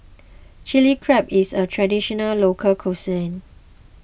Chili Crab is a Traditional Local Cuisine